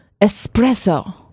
espresso